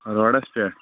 روڑس پٮ۪ٹھ